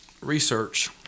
research